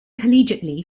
collegiately